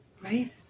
Right